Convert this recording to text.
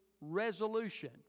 resolution